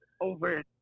over